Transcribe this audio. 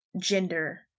gender